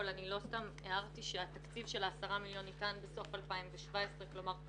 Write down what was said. סתם הערתי שהתקציב של ה-10 מיליון ניתן בסוף 2017. כלומר,